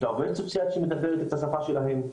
את העובדת הסוציאלית שמדברת את השפה שלהם,